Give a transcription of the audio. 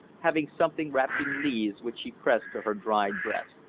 having something wrapped in leaves which she pressed to her dried breast.